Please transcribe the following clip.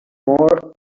more